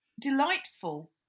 delightful